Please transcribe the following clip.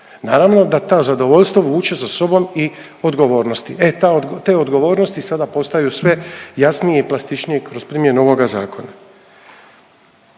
Naravno da ta zadovoljstvo vuče za sobom i odgovornosti, e te odgovornosti sada postaju sve jasnije i plastičnije kroz primjenu ovoga zakona.